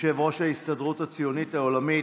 יושב-ראש ההסתדרות הציונית העולמית